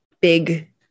big